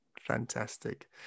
fantastic